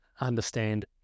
Understand